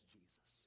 Jesus